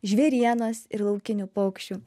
žvėrienos ir laukinių paukščių